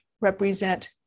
represent